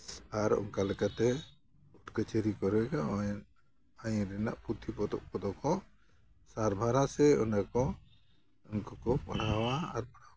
ᱟᱨ ᱚᱱᱠᱟ ᱞᱮᱠᱟᱛᱮ ᱠᱳᱨᱴ ᱠᱟᱹᱪᱷᱟᱹᱨᱤ ᱠᱚᱨᱮ ᱜᱮ ᱱᱚᱜᱼᱚᱭ ᱟᱹᱭᱤᱱ ᱨᱮᱱᱟᱜ ᱯᱩᱛᱷᱤ ᱯᱚᱛᱚᱵ ᱠᱚᱫᱚ ᱠᱚ ᱥᱟᱨᱵᱷᱟᱨᱟ ᱥᱮ ᱤᱱᱟᱹ ᱠᱚ ᱩᱱᱠᱩ ᱠᱚ ᱯᱟᱲᱦᱟᱣᱟ ᱟᱨ